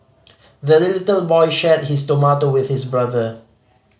the little boy shared his tomato with his brother